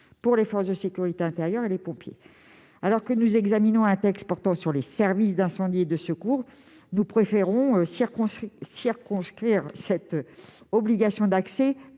pour les forces de sécurité intérieure et les pompiers. Alors que nous examinons un texte portant sur les services d'incendie et de secours, nous préférons circonscrire cette obligation d'accès